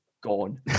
gone